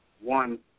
one